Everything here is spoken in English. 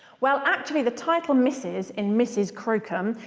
well actually the title mrs, in mrs crocombe,